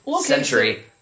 century